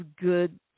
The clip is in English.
good